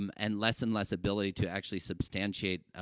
um and less and less ability to actually substantiate, ah,